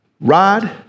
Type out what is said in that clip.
Rod